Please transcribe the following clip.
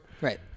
Right